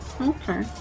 Okay